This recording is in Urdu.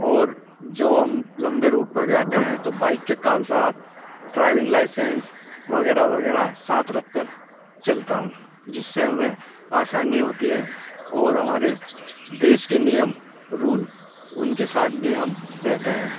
اور جو ہم لمبے روٹ پر جاتے ہیں تو بائک کے کاغذات ڈرائیونگ لائسنس وغیرہ وغیرہ ساتھ رکھ کر چلتا ہوں جس سے ہمیں آسانی ہوتی ہے اور ہمارے دیش کے نیم رول ان کے ساتھ بھی ہم رہتے ہیں